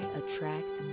attract